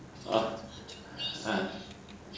orh !huh!